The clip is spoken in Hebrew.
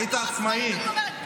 היית עצמאי.